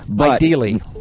Ideally